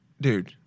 Dude